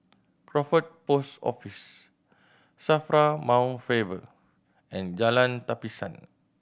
Crawford Post Office SAFRA Mount Faber and Jalan Tapisan